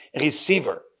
Receiver